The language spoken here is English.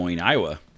Iowa